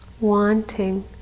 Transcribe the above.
wanting